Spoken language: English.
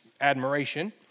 admiration